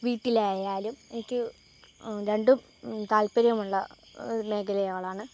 വീട്ടിലായാലും എനിക്ക് രണ്ടും താല്പര്യമുള്ള മേഖലയാളാണ്